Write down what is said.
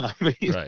right